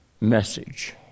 message